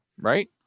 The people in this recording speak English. right